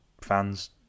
fans